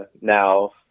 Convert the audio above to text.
now